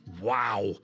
Wow